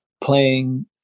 playing